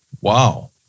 Wow